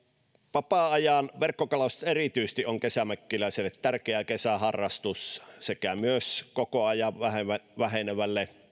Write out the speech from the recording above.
vapaa ajan verkkokalastus on kesämökkiläisille tärkeä kesäharrastus ja myös koko ajan vähenevälle